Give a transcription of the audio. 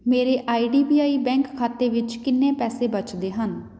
ਮੇਰੇ I D B I bank ਖਾਤੇ ਵਿੱਚ ਕਿੰਨੇ ਪੈਸੇ ਬਚਦੇ ਹਨ